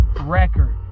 record